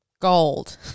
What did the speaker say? Gold